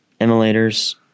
emulators